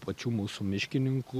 pačių mūsų miškininkų